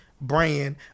brand